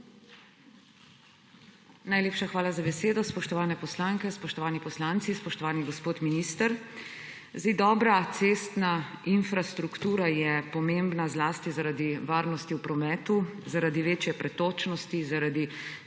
Najlepša hvala za besedo. Spoštovane poslanke, spoštovani poslanci, spoštovani gospod minister! Dobra cestna infrastruktura je pomembna zlasti zaradi varnosti v prometu, zaradi večje pretočnosti, zaradi